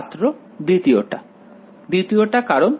ছাত্র দ্বিতীয়টা দ্বিতীয়টা কারণ